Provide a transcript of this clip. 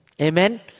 Amen